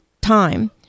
time